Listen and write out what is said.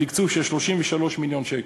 בתקצוב של 33 מיליון שקל.